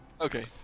Okay